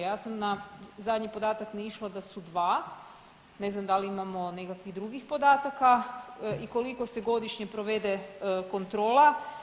Ja sam na zadnji podatak naišla da su dva, ne znam da li imamo nekakvih drugih podataka i koliko se godišnje provede kontrola?